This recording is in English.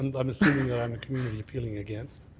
and i'm assuming yeah i'm a community appealing again.